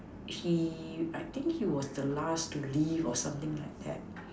he I think he was the last to leave or something like that